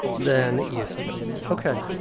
than it used to ok.